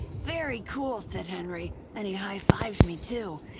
very cool, said henry, and he high-fived me, too.